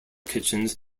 kitchens